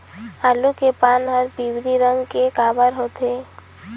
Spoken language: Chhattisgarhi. आलू के पान हर पिवरी रंग के काबर होथे?